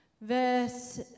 verse